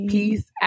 Peace